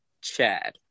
Chad